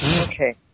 Okay